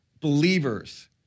believers